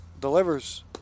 delivers